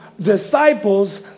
disciples